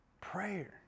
Prayer